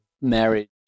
marriage